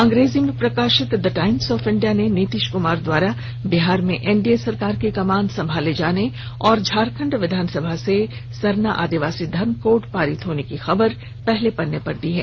अंग्रेजी में प्रकाशित द टाइम्स ऑफ इंडिया ने नीतीश कुमार द्वारा बिहार में एनडीए सरकार की कमान संभाले जाने और झारखंड विधानसभा से सरना आदिवासी धर्म कोड पारित होने की खबर को पहले पेज पर प्रकाशित किया है